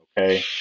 okay